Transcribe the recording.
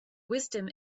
wisdom